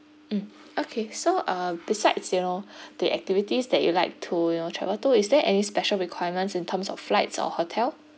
mm okay so uh besides you know the activities that you like to you know travel to is there any special requirements in terms of flights or hotel